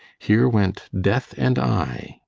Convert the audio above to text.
here went death and i,